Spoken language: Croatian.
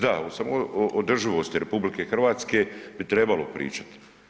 Da, o samo održivost RH bi trebalo pričati.